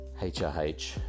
hrh